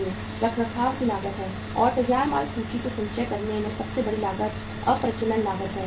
रखरखाव की लागत है और तैयार माल सूची को संचय करने में सबसे बड़ी लागत अप्रचलन लागत की है